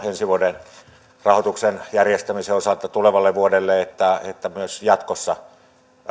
ensi vuonna tämä taistelu rahoituksen järjestämisen osalta tulevalle vuodelle että että myös jatkossa